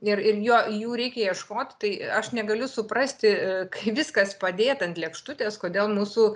ir ir jo jų reikia ieškot tai aš negaliu suprasti kai viskas padėta ant lėkštutės kodėl mūsų